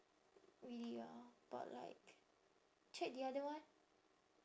really ah but like check the other one